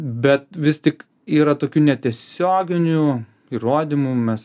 bet vis tik yra tokių netiesioginių įrodymų mes